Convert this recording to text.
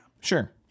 Sure